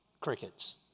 Crickets